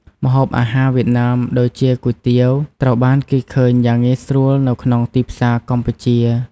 ម្ហូបអាហារវៀតណាមដូចជាគុយទាវត្រូវបានគេឃើញយ៉ាងងាយស្រួលនៅក្នុងទីផ្សារកម្ពុជា។